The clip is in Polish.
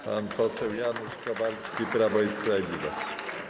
Pan poseł Janusz Kowalski, Prawo i Sprawiedliwość.